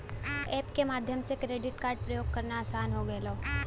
app के माध्यम से क्रेडिट कार्ड प्रयोग करना आसान हो गयल हौ